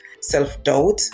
self-doubt